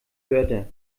wörter